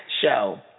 show